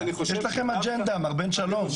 שיש לכם אג'נדה מר בן שלום.